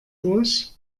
durch